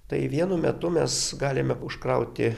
tai vienu metu mes galime užkrauti